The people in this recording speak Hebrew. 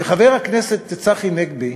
וחבר הכנסת צחי הנגבי,